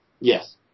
Yes